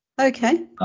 Okay